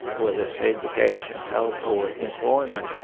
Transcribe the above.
whether it's education, health or employment,